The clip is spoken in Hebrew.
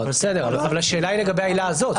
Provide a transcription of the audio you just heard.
בסדר, אבל השאלה היא לגבי העילה הזאת.